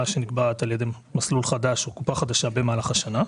שנקבעת על ידי מסלול חדש או קופה חדשה במהלך השנה.